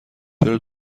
چرا